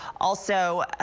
also,